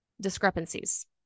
discrepancies